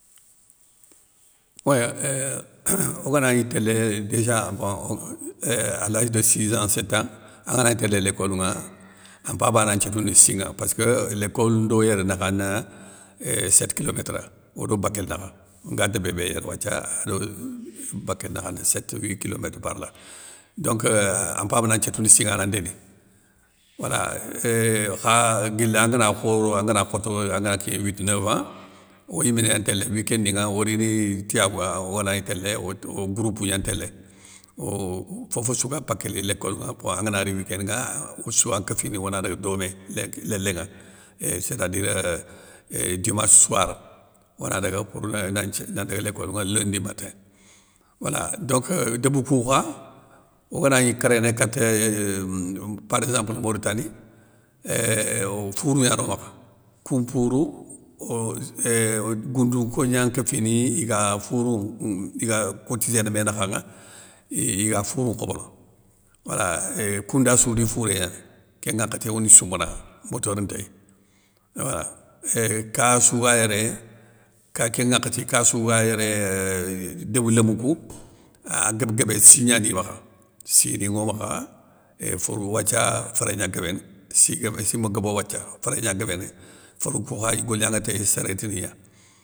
Wéya eeeuhh ogana gni télé déja bon a lage de sizan sétan, angana gni télé lécolou ŋa an mpabana nthiotoundini sinŋa passkeu lécolou ndo yér nakhane éuuh sétte kilométra odo bakél nakha, nga débé bé yér wathia, ado bakél nakhani sétte wi kilométre par la, donc an mpabe na nthiotoundi sinŋa ana ndéni, wala euuuhh guili angana khoro, angana khoto angana kigné wite neuvan, oyiméni yantélé wikénde ni ŋa orini tiyabou wa ogana gni télé ote o groupe gnan ntélé o fofossou ga bakéli lécolou nŋa bon angana ri wikénde nŋa ossouwa nkéfini, ona daga domé lénk lélé ŋa, éé séta dire dimasse soire, ona daga pour nanthi nandaga lécolou na ndaga lécolou ŋa lundi matin. Wala donc débou kou kha ogana gni kéréné, kate euuhhh par exemple mouritani, éuuuh fourou gna no makha koun mpourou, oz ééeeh goundou nko gna nkéfini, iga fourou nŋe iga kotiséné mé nakhanŋa, iga fourou nkhobono, wala éeuuh kounda sou di fouré gnane, kén nŋwakhati oni soumbana, motoro ntéy. Awa eeeh kassou ga yéré, ka kén nŋakhati kassou ga yéré, éuuh débou lémou kou, ahh guéb guébé si gnani makha, sini ŋo makha ééét forou wathia, féré gna nguébéni, si ké ma si ma gobo wathia, féré gna guébéni, forou kou kha igolignanŋa téye sérétti gna.